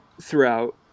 throughout